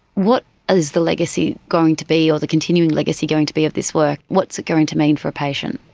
what is the legacy going to be or the continuing legacy going to be of this work? what's it going to mean for a patient?